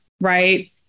right